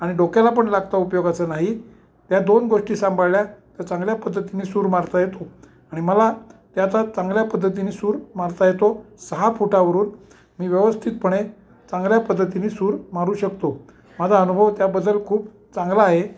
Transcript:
आणि डोक्याला पण लागता उपयोगाचं नाही त्या दोन गोष्टी सांभाळल्या तर चांगल्या पद्धतीने सूर मारता येतो आणि मला त्याचा चांगल्या पद्धतीनी सूर मारता येतो सहा फुटांवरून मी व्यवस्थितपणे चांगल्या पद्धतीने सूर मारू शकतो माझा अनुभव त्याबद्दल खूप चांगला आहे